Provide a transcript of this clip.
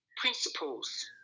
principles